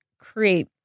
create